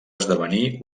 esdevenir